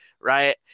right